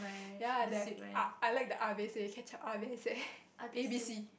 ya the I like the ketchup A B C